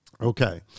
Okay